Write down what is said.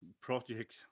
project